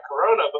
Corona